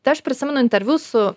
tai aš prisimenu interviu su